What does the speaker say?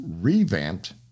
revamped